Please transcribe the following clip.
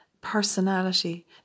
personality